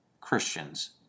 Christians